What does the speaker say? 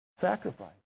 Sacrifice